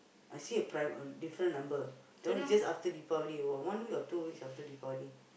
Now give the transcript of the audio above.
I see a private a different number that one is just after Deepavali one week or two weeks after Deepavali